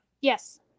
Yes